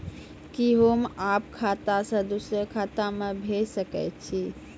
कि होम आप खाता सं दूसर खाता मे भेज सकै छी?